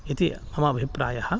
इति मम अभिप्रायः